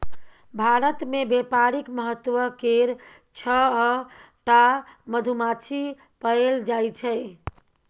भारत मे बेपारिक महत्व केर छअ टा मधुमाछी पएल जाइ छै